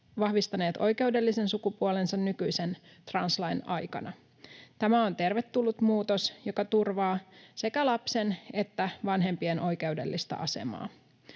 vahvistaneet oikeudellisen sukupuolensa nykyisen translain aikana. Tämä on tervetullut muutos, joka turvaa sekä lapsen että vanhempien oikeudellista asemaa.